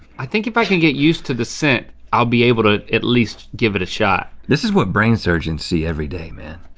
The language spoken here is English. i think if i can get used to the scent, i'll be able to at least give it a shot. this is what brain surgeons see every day, man.